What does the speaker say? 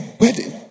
wedding